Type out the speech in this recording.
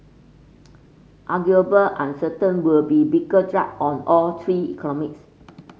arguable uncertain would be bigger drag on all three economies